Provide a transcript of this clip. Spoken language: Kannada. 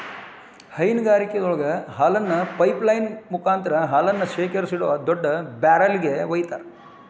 ಹೈನಗಾರಿಕೆಯಾಗ ಹಾಲನ್ನ ಪೈಪ್ ಲೈನ್ ಮುಕಾಂತ್ರ ಹಾಲನ್ನ ಶೇಖರಿಸಿಡೋ ದೊಡ್ಡ ಬ್ಯಾರೆಲ್ ಗೆ ವೈತಾರ